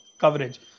coverage